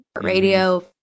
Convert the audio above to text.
Radio